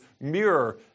mirror